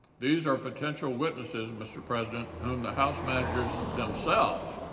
these are potential witnesses, mr. president, whom the house managers themselves,